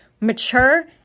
mature